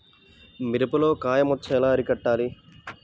మిరపలో కాయ మచ్చ ఎలా అరికట్టాలి?